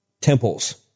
temples